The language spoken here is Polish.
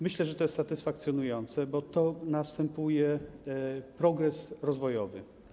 Myślę, że to jest satysfakcjonujące, bo następuje progres rozwojowy.